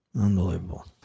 Unbelievable